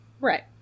Right